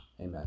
Amen